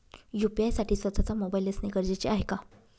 UPI साठी स्वत:चा mobile असणे गरजेचे आहे का?